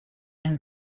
and